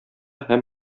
һәм